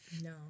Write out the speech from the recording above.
No